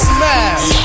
Smash